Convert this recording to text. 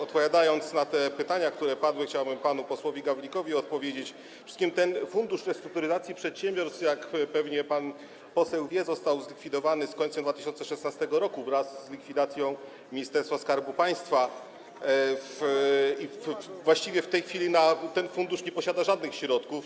Odpowiadając na pytania, które padły, chciałbym panu posłowi Gawlikowi powiedzieć, że przede wszystkim Fundusz Restrukturyzacji Przedsiębiorców, jak pewnie pan poseł wie, został zlikwidowany z końcem 2016 r., wraz z likwidacją Ministerstwa Skarbu Państwa, i właściwie w tej chwili nie posiada on żadnych środków.